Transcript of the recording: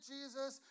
Jesus